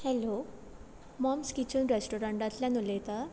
hello Mom's Kitchen रेस्टोरंटांतल्यान उलयता